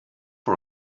for